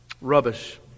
rubbish